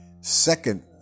Second